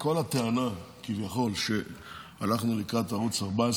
כל הטענה כביכול שהלכנו לקראת ערוץ 14,